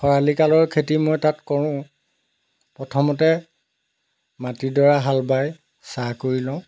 খৰালিকালৰ খেতি মই তাত কৰোঁ পথমতে মাটিডৰা হাল বাই চাহ কৰি লওঁ